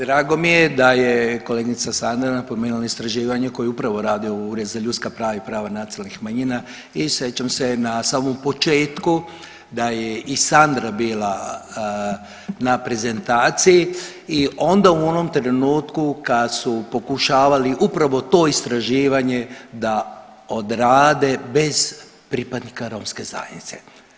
Drago mi je da je kolegica Sandra napomenula istraživanje koje upravo radi Ured za ljudska prava i prava nacionalnih manjina i sjećam se na samom početku da je i Sandra bila na prezentaciji i onda u onom trenutku kad su pokušavali upravo to istraživanje da odrade bez pripadnika romske zajednice.